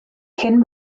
cyn